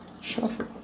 shuffle